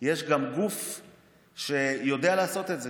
יש גם גוף שיודע לעשות את זה.